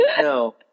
No